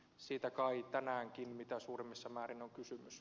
siitä kai tänäänkin mitä suurimmassa määrin on kysymys